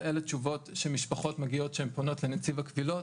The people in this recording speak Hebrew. ואלה תשובות שמשפחות מגיעות כשהן פונות לנציג הקבילות,